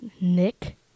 Nick